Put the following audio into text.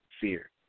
fear